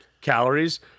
calories